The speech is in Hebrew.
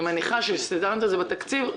אני מניחה שכאשר תכננתם את זה בתקציב,